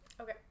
Okay